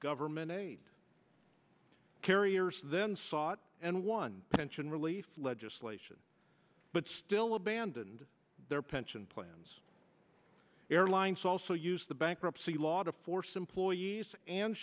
government aid carriers then sought and won pension relief legislation but still abandoned their pension plans airlines also use the bankruptcy law to force employees and